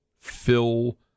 fill